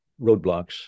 roadblocks